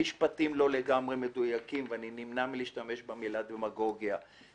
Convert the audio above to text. משפטים לא לגמרי מדויקים ואני נמנע מלהשתמש במילה דמגוגיה.